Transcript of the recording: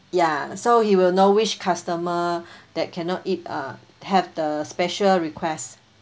ya so he will know which customer that cannot eat uh have the special requests